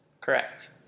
Correct